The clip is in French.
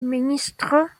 ministre